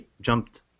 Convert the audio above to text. jumped